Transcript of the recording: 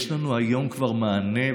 יש לנו היום כבר מענה,